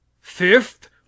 Fifth